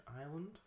Island